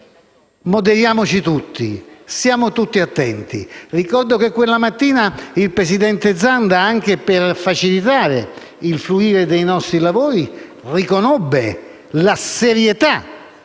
moderiamoci tutti, stiamo tutti attenti. Ricordo che quella mattina il presidente Zanda, anche per facilitare il fluire dei nostri lavori, riconobbe la serietà